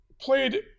Played